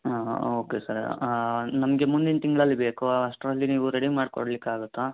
okay sir ನಮಗೆ ಮುಂದಿನ ತಿಂಗಳಲ್ಲಿ ಬೇಕು ಅಷ್ಟರಲ್ಲಿ ನೀವು ರೆಡಿ ಮಾಡಿ ಕೊಡ್ಲಿಕ್ಕಾಗತ್ತಾ